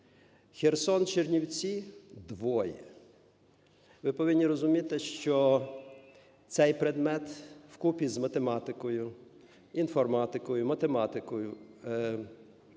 Херсон, Чернівці – двоє. Ви повинні розуміти, що цей предмет в купі з математикою, інформатикою, математикою,